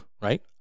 right